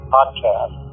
Podcast